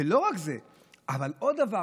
ולא רק זה אלא עוד דבר,